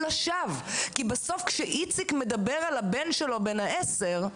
כי בסוף כשאיציק מדבר על הבן שלו בן העשר,